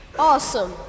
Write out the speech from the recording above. Awesome